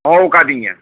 ᱦᱚᱦᱚ ᱟᱠᱟᱫᱤᱧᱟᱹ